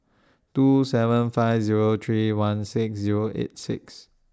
two seven five Zero three one six Zero eight six